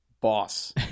boss